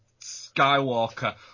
Skywalker